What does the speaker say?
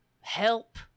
help